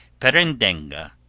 perendenga